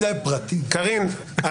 קארין,